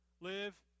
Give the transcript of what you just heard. live